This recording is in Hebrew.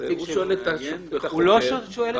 הוא שואל את החוקר- - הוא לא שואל את החוקר.